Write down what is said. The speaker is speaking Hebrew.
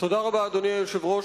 אדוני היושב-ראש,